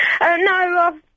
No